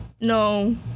no